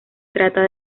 trata